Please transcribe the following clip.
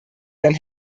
dann